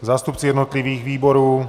Zástupci jednotlivých výborů?